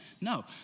No